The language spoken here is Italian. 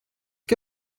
che